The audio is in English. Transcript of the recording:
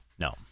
No